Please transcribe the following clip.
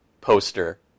poster